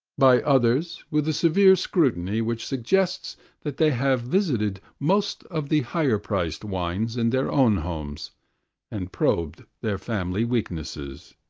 by others with the severe scrutiny which suggests that they have visited most of the higher-priced wines in their own homes and probed their family weaknesses.